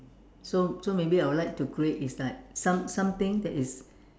so so maybe I would like to create is like some something that is